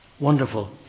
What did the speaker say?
Wonderful